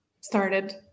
started